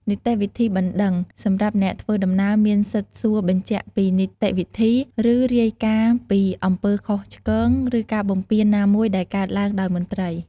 នីតិវិធីបណ្តឹង សម្រាប់អ្នកធ្វើដំណើរមានសិទ្ធិសួរបញ្ជាក់ពីនីតិវិធី ឬរាយការណ៍ពីអំពើខុសឆ្គង ឬការបំពានណាមួយដែលកើតឡើងដោយមន្ត្រី។